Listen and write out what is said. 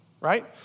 right